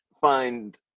find